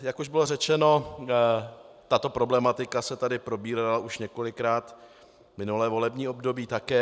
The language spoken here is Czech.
Jak už bylo řečeno, tato problematika se tady probírala už několikrát minulé volební období také.